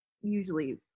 usually